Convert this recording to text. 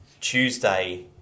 Tuesday